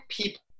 people